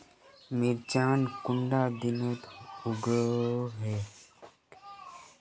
मिर्चान कुंडा दिनोत उगैहे?